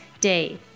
day